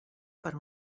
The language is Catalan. per